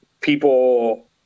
people